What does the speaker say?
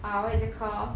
ah what is it call